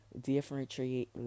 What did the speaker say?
differentiate